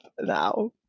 now